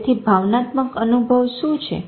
તેથી ભાવનાત્મક અનુભવ શું છે